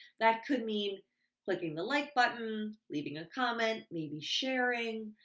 that could mean clicking the like button, leaving a comment, maybe sharing.